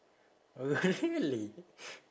oh really